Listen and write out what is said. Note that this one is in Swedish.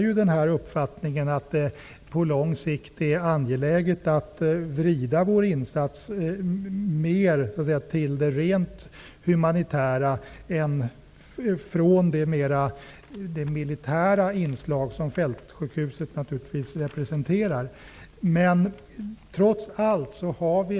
Jag delar uppfattningen att det på lång sikt är angeläget att vrida vår insats mer åt det rent humanitära från det militära inslag som fältsjukhuset naturligtvis representerar. Men trots allt